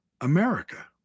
America